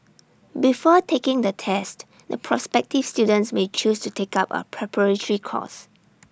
before taking the test the prospective students may choose to take up A preparatory course